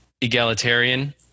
egalitarian